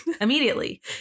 Immediately